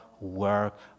work